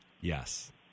Yes